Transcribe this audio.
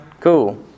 cool